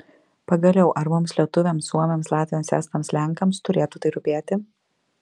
pagaliau ar mums lietuviams suomiams latviams estams lenkams turėtų tai rūpėti